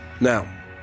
Now